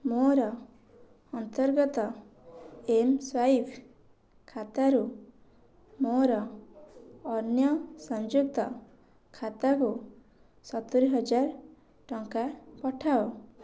ମୋର ଅନ୍ତର୍ଗତ M swipe ଖାତାରୁ ମୋର ଅନ୍ୟ ସଂଯୁକ୍ତ ଖାତାକୁ ସତୁରି ହଜାର ଟଙ୍କା ପଠାଅ